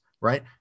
right